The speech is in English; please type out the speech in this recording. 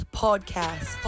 podcast